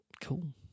cool